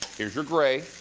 here is your gray.